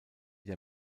der